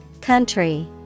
Country